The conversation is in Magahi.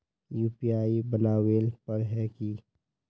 यु.पी.आई बनावेल पर है की?